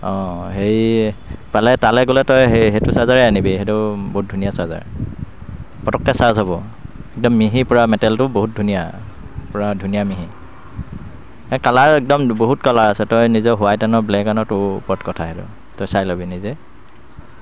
অঁ সেই পালে তালৈ গ'লে তই সেই সেইটো চাৰ্জাৰেই আনিবি সেইটো বহুত ধুনীয়া চাৰ্জাৰ পটককৈ চাৰ্জ হ'ব একদম মিহি পুৰা মেটেলটো বহুত ধুনীয়া পুৰা ধুনীয়া মিহি এই কালাৰ একদম বহুত কালাৰ আছে তই নিজৰ হোৱাইট আন' ব্লেক আন' তোৰ ওপৰত কথা সেইটো তই চাই লবি নিজে